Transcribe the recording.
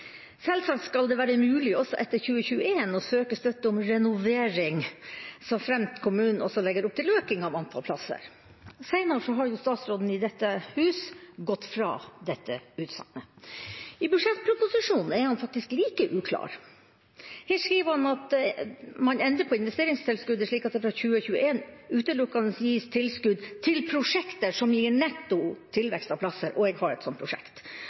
Selvsagt skal det være mulig også etter 2021 å søke støtte om renovering, så fremt kommunen også legger opp til økning av antall plasser. Seinere har jo statsråden i dette hus gått fra dette utsagnet. I budsjettproposisjonen er han faktisk like uklar. Her skriver han at man endrer på investeringstilskuddet slik at det fra 2021 utelukkende gis tilskudd til prosjekter som gir netto tilvekst av plasser. Jeg har et sånt prosjekt.